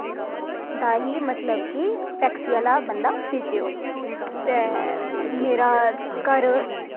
दा ही मतलव की टैक्सी आह्ला बंदा भेजेओ ते मेरा घर